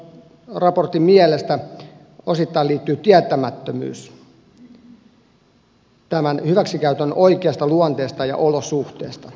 kansallisen ihmiskaupparaportoijan mielestä tähän liittyy osittain tietämättömyys tämän hyväksikäytön oikeasta luonteesta ja olosuhteista